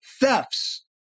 thefts